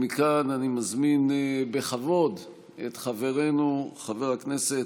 מכאן אני מזמין בכבוד את חברנו חבר הכנסת